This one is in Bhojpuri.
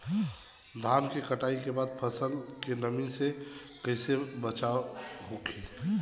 धान के कटाई के बाद फसल के नमी से कइसे बचाव होखि?